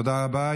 תודה רבה.